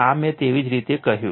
આ મેં તેવી જ રીતે કહ્યું